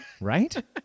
Right